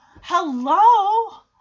hello